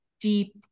deep